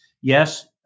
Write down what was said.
Yes